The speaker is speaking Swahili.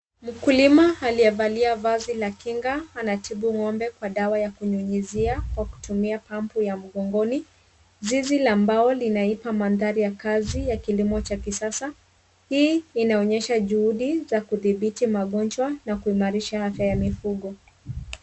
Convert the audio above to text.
Mkulima aliyevalia vazi la kinga anatibu ng'ombe kwa dawa ya kunyunyuzia kwa kutumia pumpu ya mgongoni. Zizi la mbao linaipa mandhari ya kazi ya kilimo cha kisasa. Hii inaonyesha juhudi za kuthibiti magonjwa na kuimarisha afya ya mifugo.